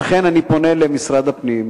לכן אני פונה למשרד הפנים,